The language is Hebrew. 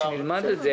כדי שנלמד.